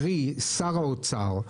קרי שר האוצר,